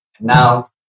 Now